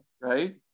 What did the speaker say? right